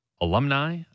alumni